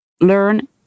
learn